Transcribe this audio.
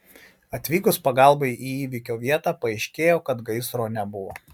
atvykus pagalbai į įvykio vietą paaiškėjo kad gaisro nebuvo